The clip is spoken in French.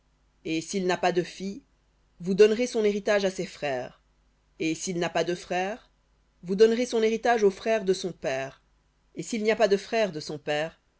et s'il n'a pas de fille vous donnerez son héritage à ses frères et s'il n'a pas de frères vous donnerez son héritage aux frères de son père et s'il n'y a pas de frères de son père